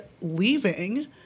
leaving